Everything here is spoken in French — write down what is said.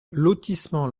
lotissement